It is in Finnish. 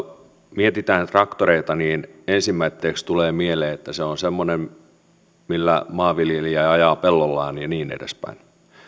mietitään traktoreita niin ensimmäiseksi tulee mieleen että se on semmoinen millä maanviljelijä ajaa pellollaan ja niin edespäin